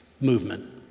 movement